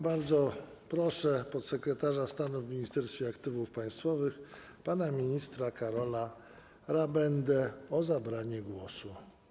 Bardzo proszę podsekretarza stanu w Ministerstwie Aktywów Państwowych pana ministra Karola Rabendę o zabranie głosu.